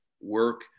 work